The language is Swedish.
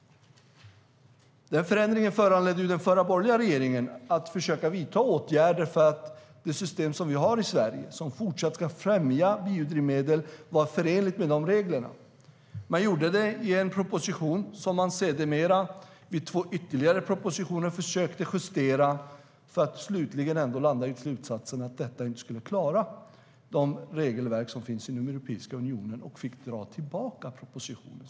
Den förändringen föranledde den förra borgerliga regeringen att försöka vidta åtgärder för att det system vi har i Sverige, som fortsatt ska främja biodrivmedel, ska vara förenligt med de reglerna. Den gjorde det i en proposition som den sedermera i två ytterligare propositioner försökte justera för att slutligen ändå landa i slutsatsen att det ändå inte skulle klara de regelverk som finns i Europeiska unionen, och den fick dra tillbaka propositionen.